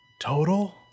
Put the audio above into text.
Total